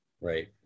right